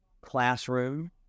classroom